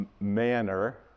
manner